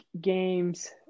games